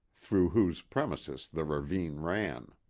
through whose premises the ravine ran.